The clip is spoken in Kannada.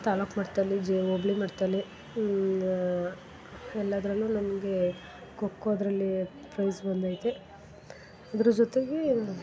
ತಾಲೂಕು ಮಟ್ಟದಲ್ಲಿ ಜ್ ಓಬ್ಳಿ ಮಟ್ಟದಲ್ಲಿ ಎಲ್ಲದ್ರಲ್ಲೂ ನನಗೆ ಖೋಖೋದ್ರಲ್ಲಿ ಪ್ರೈಸ್ ಬಂದೈತೆ ಅದ್ರ ಜೊತೆಗೆ